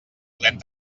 podem